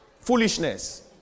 foolishness